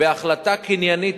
בהחלטה קניינית,